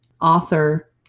author